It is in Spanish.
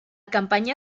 campaña